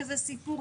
סיפור.